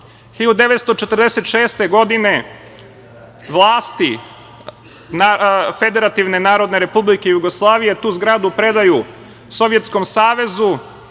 1946. vlasti Federativne Narodne Republike Jugoslavije tu zgradu predaju Sovjetskom savezu